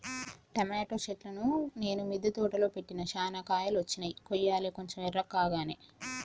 tomato చెట్లును నేను మిద్ద తోటలో పెట్టిన చానా కాయలు వచ్చినై కొయ్యలే కొంచెం ఎర్రకాగానే